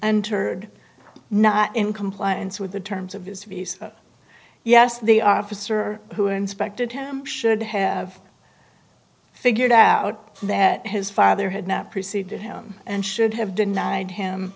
heard not in compliance with the terms of his duties yes the officer who inspected him should have figured out that his father had not preceded him and should have denied him